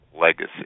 legacy